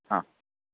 हां